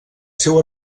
seu